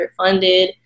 underfunded